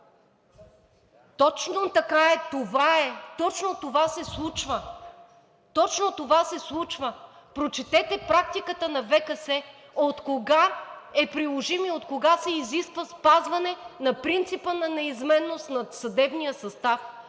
точно така е, точно това се случва. Точно това се случва! Прочетете в практиката на ВКС откога е приложим и откога се изисква спазване на принципа за неизменност на съдебния състав,